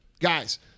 guys